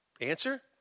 Answer